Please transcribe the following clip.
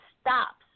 stops